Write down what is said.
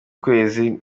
ukwezi